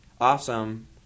awesome